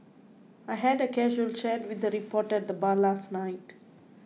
I had a casual chat with a reporter at the bar last night